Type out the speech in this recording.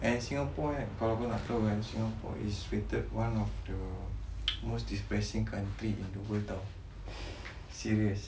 and singapore eh kalau kau nak tahu eh singapore is rated one of the most depressing country in the world [tau] serious